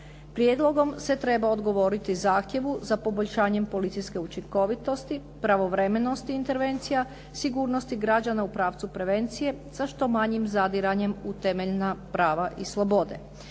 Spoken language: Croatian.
Prijedlogom se treba odgovoriti zahtjevu za poboljšanjem policijske učinkovitosti, pravovremenosti intervencija, sigurnosti građana u pravcu prevencije, sa što manjim zadiranjem u temeljna prava i slobode.